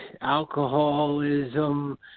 alcoholism